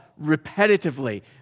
repetitively